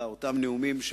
אותם נאומים,